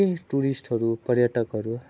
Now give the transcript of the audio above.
निकै टुरिस्टहरू पर्यटकहरू